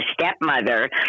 stepmother